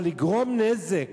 אבל לגרום נזק